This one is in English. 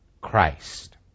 Christ